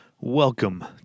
Welcome